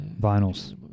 vinyls